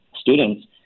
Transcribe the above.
students